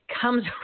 comes